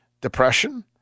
depression